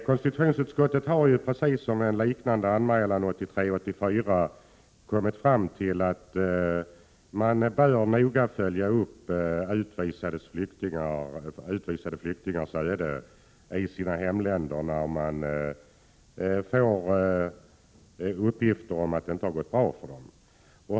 Konstitutionsutskottet har, precis som när det gällde en liknande anmälan 1983/84, kommit fram till att man bör noga följa upp utvisade flyktingars öde i hemländerna, om man får uppgift om att det inte har gått bra för dem.